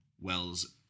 Wells